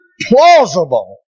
plausible